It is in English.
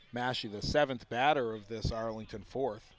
mashi the seventh batter of this arlington fourth